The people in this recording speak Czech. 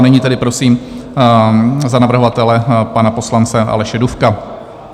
Nyní tedy prosím za navrhovatele pana poslance Aleše Dufka.